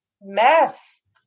mess